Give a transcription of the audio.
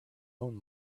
own